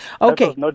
Okay